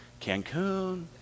Cancun